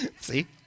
See